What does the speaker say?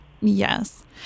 Yes